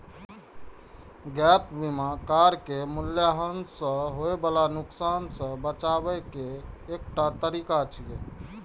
gap बीमा car के मूल्यह्रास सं होय बला नुकसान सं बचाबै के एकटा तरीका छियै